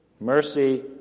mercy